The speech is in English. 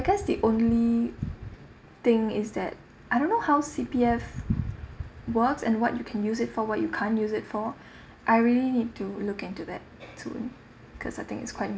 because the only thing is that I don't know how C_P_F works and what you can use it for what you can't use it for I really need to look into that too because I think it's quite